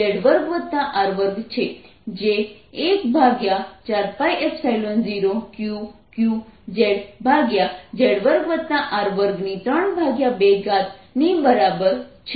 જે 14π0Q q zz2R232 ની બરાબર છે